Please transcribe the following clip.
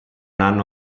hanno